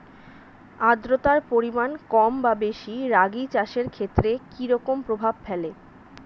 আদ্রতার পরিমাণ কম বা বেশি রাগী চাষের ক্ষেত্রে কি রকম প্রভাব ফেলে?